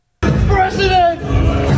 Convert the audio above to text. President